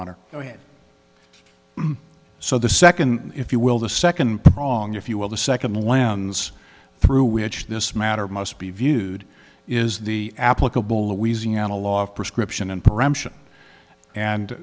honor it so the second if you will the second prong if you will the second lens through which this matter must be viewed is the applicable louisiana law of prescription and